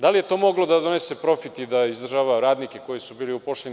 Da li je to moglo da donese profit i da izdržava radnike koji su bili upoljšeni?